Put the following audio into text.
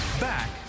Back